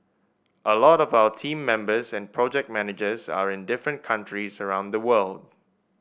a lot of our team members and project managers are in different countries around the world